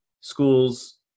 schools